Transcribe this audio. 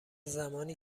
زمانی